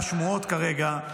לפחות מהשמועות כרגע,